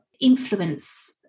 influence